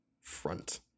front